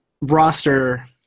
roster